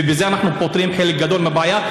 ובזה אנחנו פותרים חלק גדול מהבעיה.